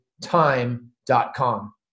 time.com